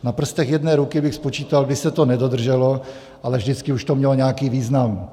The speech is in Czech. Na prstech jedné ruky bych spočíval, kdy se to nedodrželo, ale vždycky už to mělo nějaký význam.